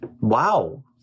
wow